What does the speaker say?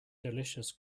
delicious